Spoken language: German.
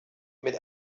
mit